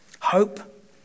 Hope